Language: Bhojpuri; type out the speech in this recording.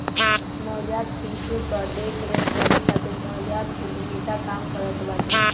नवजात शिशु कअ देख रेख करे खातिर नवजात उद्यमिता काम करत बाटे